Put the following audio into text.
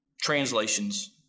translations